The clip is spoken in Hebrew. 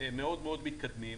מאוד מתקדמים,